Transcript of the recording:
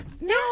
No